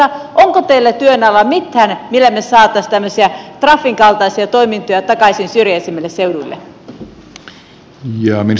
onko teillä työn alla mitään millä me saisimme trafin kaltaisia toimintoja takaisin syrjäisimmille seuduille